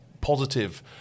positive